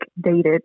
dated